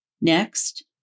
Next